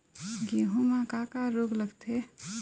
गेहूं म का का रोग लगथे?